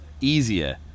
easier